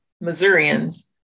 Missourians